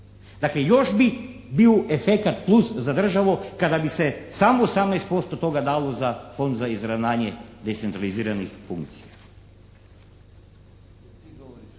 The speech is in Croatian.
Dakle, još bi bio efekat plus za državu kada bi se samo 18% toga dalo za Fond za izravnanje decentraliziranih funkcija.